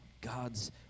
God's